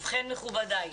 ובכן מכובדיי,